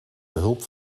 behulp